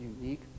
unique